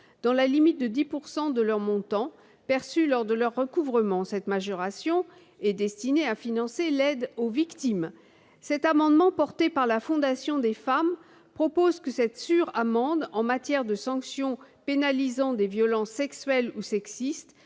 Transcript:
dans la limite de 10 % de leur montant, perçue lors de leur recouvrement. Cette majoration est destinée à financer l'aide aux victimes. Cet amendement, porté par la Fondation des Femmes, a pour objet de proposer que cette « sur-amende », en matière de sanction pénalisant des violences sexuelles ou sexistes,